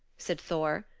said thor.